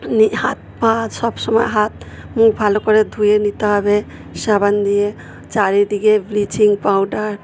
হাত পা সবসময় হাত মুখ ভালো করে ধুয়ে নিতে হবে সাবান দিয়ে চারিদিকে ব্লিচিং পাউডার